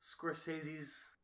Scorsese's